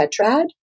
tetrad